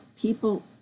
people